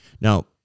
Now